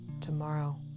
tomorrow